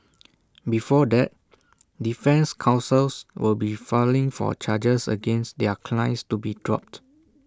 before that defence counsels will be filing for charges against their clients to be dropped